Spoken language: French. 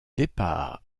départ